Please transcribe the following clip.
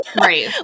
Right